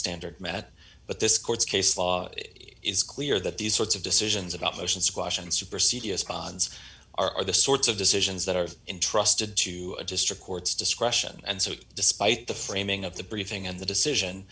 standard met but this court's case law is clear that these sorts of decisions about motions squash and super c d s bonds are the sorts of decisions that are intrusted to district courts discretion and so despite the framing of the briefing and the decision